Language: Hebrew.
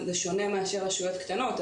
זה שונה מאשר רשויות קטנות,